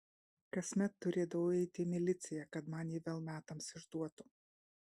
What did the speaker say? kasmet turėdavau eiti į miliciją kad man jį vėl metams išduotų